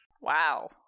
Wow